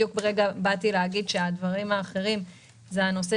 בדיוק באתי להגיד שהדברים האחרים הם נושא